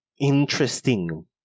interesting